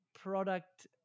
product